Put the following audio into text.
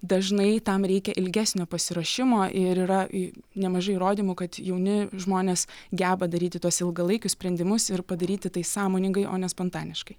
dažnai tam reikia ilgesnio pasiruošimo ir yra nemažai įrodymų kad jauni žmonės geba daryti tuos ilgalaikius sprendimus ir padaryti tai sąmoningai o ne spontaniškai